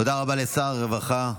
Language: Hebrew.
תודה רבה לשר הרווחה,